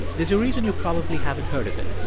there's a reason you probably haven't heard of it.